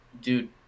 dude